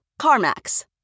CarMax